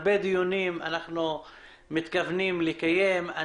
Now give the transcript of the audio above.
אנחנו מתכוונים לקיים הרבה דיונים.